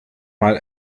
mal